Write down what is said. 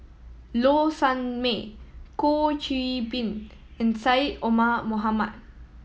Low Sanmay Goh Qiu Bin and Syed Omar Mohamed